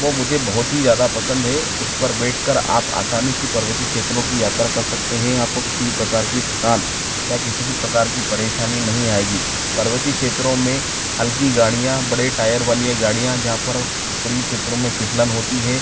वो मुझे बहुत ही ज़्यादा पसंद हे उस पर बेठकर आप आसानी से पर्वतीय क्षेत्रों की यात्रा कर सकते हैं आपको किसी भी प्रकार की थकान या किसी भी प्रकार की परेशानी नहीं आएगी पर्वतीय क्षेत्रों में हल्की गाड़ियाँ बड़े टायर वाली गाड़ियाँ जहाँ पर ऊपरी क्षेत्रों में फिसलन होती है